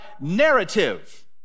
narrative